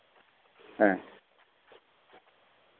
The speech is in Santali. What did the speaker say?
ᱦᱮᱸ